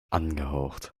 angehaucht